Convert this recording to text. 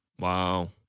Wow